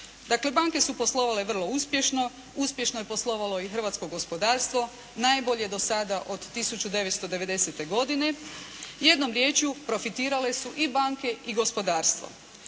Dakle, banke su poslovale vrlo uspješno, uspješno je poslovalo i hrvatsko gospodarstvo najbolje do sada od 1990. godine. Jednom riječju, profitirale su i banke i gospodarstvo.